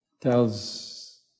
tells